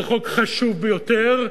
זה חוק חשוב ביותר.